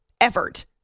effort